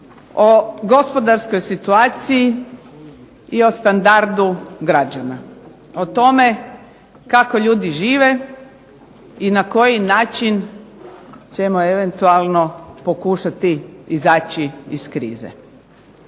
o gospodarskoj situaciji i o standardu građana. o tome kako ljudi žive i na koji način ćemo eventualno pokušati izaći iz krize.